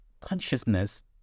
consciousness